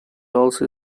also